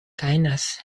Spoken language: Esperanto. gajnas